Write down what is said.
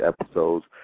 episodes